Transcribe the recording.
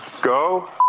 go